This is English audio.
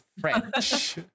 French